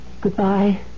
Goodbye